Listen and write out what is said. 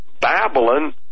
Babylon